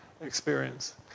experience